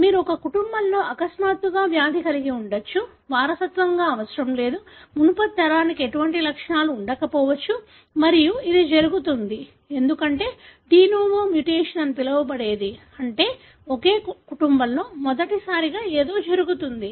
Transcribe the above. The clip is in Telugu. మీరు ఒక కుటుంబంలో అకస్మాత్తుగా వ్యాధిని కలిగి ఉండవచ్చు వారసత్వంగా అవసరం లేదు మునుపటి తరానికి ఎటువంటి లక్షణాలు ఉండకపోవచ్చు మరియు ఇది జరుగుతుంది ఎందుకంటే డి నోవో మ్యుటేషన్ అని పిలవబడేది అంటే ఒక కుటుంబంలో మొదటిసారిగా ఏదో జరుగుతుంది